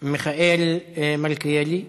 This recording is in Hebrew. מיכאל מלכיאלי,